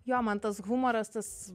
jo man tas humoras tas